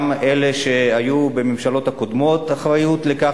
גם לאלה שהיו בממשלות הקודמות אחריות לכך